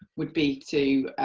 would be to